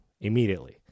immediately